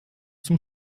zum